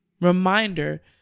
reminder